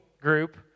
group